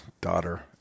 daughter